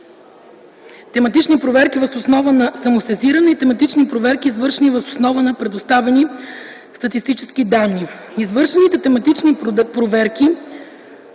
тематични проверки въз основа на самосезиране и тематични проверки, извършени въз основа на предоставени статистически данни. Извършените тематични проверки